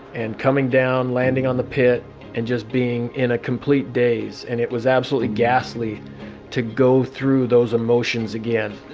and coming down landing on the pit and just being in a complete daze. and it was absolutely ghastly to go through those emotions again